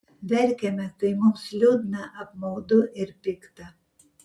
verkiame kai mums liūdna apmaudu ir pikta